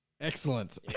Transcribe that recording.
Excellent